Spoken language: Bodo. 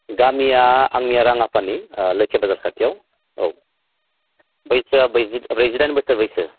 गामिया आंनिया राङाफानि लोखि बाजार खाथियाव औ बैसोआ ब्रैजि ब्रैजिदाइन बोसोर बैसो